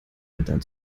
eltern